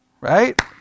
Right